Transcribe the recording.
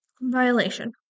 Violation